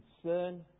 concern